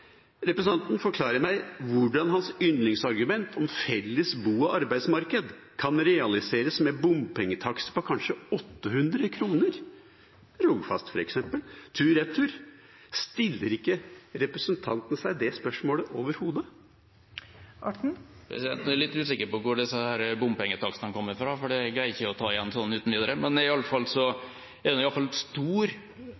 representanten Orten: Kan representanten forklare meg hvordan hans yndlingsargument om felles bo- og arbeidsmarked kan realiseres med bompengetakst på kanskje 800 kr – f.eks. Rogfast tur–retur? Stiller ikke representanten seg det spørsmålet overhodet? Jeg er litt usikker på hvor disse bompengetakstene kommer fra, for det greier ikke jeg å ta sånn uten videre. Men det er iallfall